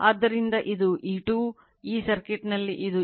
ಆದ್ದರಿಂದ ಇದು E2 ಈ ಸರ್ಕ್ಯೂಟ್ನಲ್ಲಿ ಇದು E1 ಇದು E2 ಮತ್ತು ಇದು